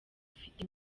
ufite